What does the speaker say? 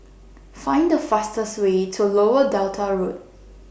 Find The fastest Way to Lower Delta Road